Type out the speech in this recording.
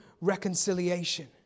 reconciliation